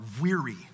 weary